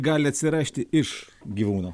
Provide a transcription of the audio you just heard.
gali atsirašti iš gyvūno